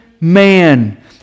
man